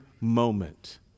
moment